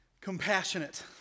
compassionate